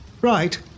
Right